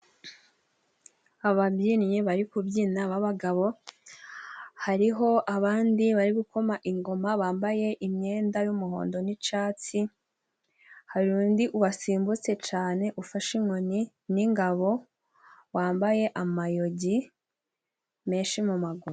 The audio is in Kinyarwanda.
Ababyinnyi bari kubyina b'abagabo, hariho abandi bari gukoma ingoma bambaye imyenda y'umuhondo n'icatsi, hari undi wasimbutse cane ufashe inkoni n'ingabo, wambaye amayogi menshi mu maguru.